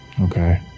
Okay